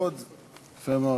שוכראן עמי.